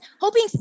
hoping